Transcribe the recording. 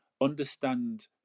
understand